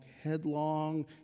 headlong